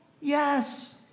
Yes